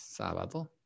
sábado